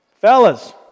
Fellas